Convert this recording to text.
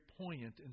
poignant